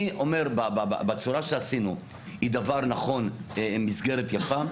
אני אומר, בצורה שעשינו היא דבר נכון, מסגרת יפה.